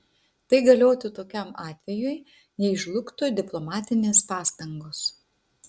tai galiotų tokiam atvejui jei žlugtų diplomatinės pastangos